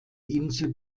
insel